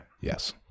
Yes